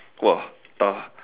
!wah! tough